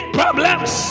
problems